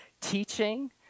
teaching